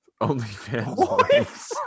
OnlyFans